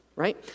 right